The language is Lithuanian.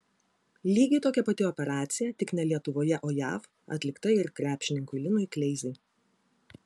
lygiai tokia pati operacija tik ne lietuvoje o jav atlikta ir krepšininkui linui kleizai